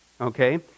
Okay